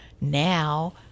Now